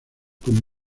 con